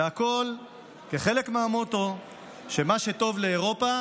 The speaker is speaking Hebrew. והכול כחלק מהמוטו שמה שטוב לאירופה